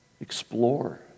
Explore